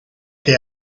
que